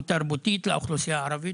ותרבותית לאוכלוסייה הערבית.